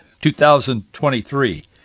2023